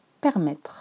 Permettre